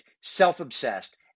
self-obsessed